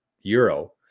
euro